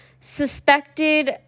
suspected